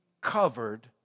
covered